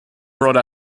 brought